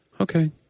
okay